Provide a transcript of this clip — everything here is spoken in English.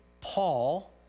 Paul